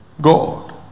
God